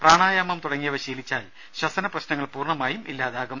പ്രാണായാമം തുടങ്ങിയവ പരിശീലിച്ചാൽ ശ്വസന പ്രശ്നങ്ങൾ പൂർണമായും ഇല്ലാതാകും